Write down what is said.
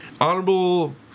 Honorable